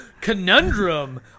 Conundrum